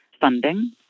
funding